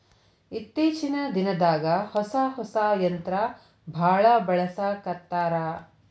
ಇತ್ತೇಚಿನ ದಿನದಾಗ ಹೊಸಾ ಹೊಸಾ ಯಂತ್ರಾ ಬಾಳ ಬಳಸಾಕತ್ತಾರ